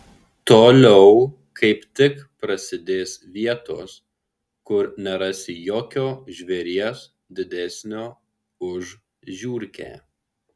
toliau kaip tik prasidės vietos kur nerasi jokio žvėries didesnio už žiurkę